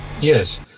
Yes